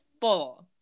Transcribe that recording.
four